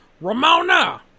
Ramona